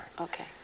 Okay